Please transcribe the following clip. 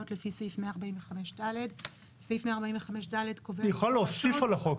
לפי סעיף 145ד. סעיף 145ד קובע --- היא יכולה להוסיף על החוק,